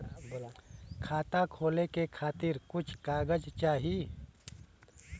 खाता खोले के खातिर कुछ कागज चाही?